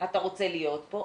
אתה רוצה להיות פה,